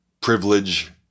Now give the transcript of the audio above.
Privilege